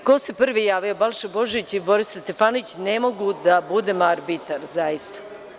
Ko se prvi javio da li Balša Božović ili Borislav Stefanović, ne mogu da budem arbiter zaista.